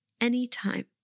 anytime